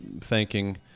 thanking